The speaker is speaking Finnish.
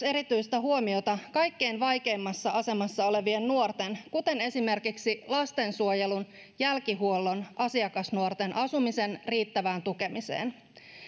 erityistä huomiota myös kaikkein vaikeimmassa asemassa olevien nuorten kuten esimerkiksi lastensuojelun jälkihuollon asiakasnuorten asumisen riittävään tukemiseen